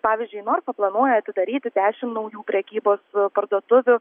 pavyzdžiui norfa planuoja atidaryti dešim naujų prekybos parduotuvių